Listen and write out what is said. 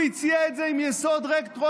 הוא הציע את זה עם יסוד רטרואקטיבי: